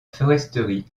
foresterie